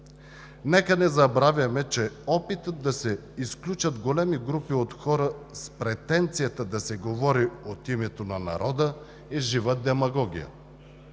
Нека не забравяме, че опитът да се изключат големи групи от хора с претенцията да се говори от името на народа е жива демагогия.